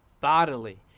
bodily